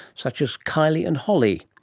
such as kylie and holly.